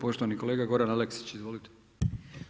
Poštovani kolega Goran Aleksić, izvolite.